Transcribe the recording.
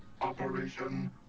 Operation